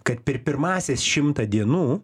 kad per pirmąsias šimtą dienų